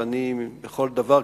ובכל דבר,